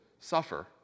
suffer